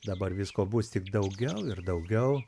dabar visko bus tik daugiau ir daugiau